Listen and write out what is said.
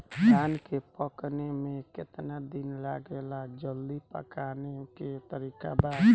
धान के पकने में केतना दिन लागेला जल्दी पकाने के तरीका बा?